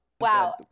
Wow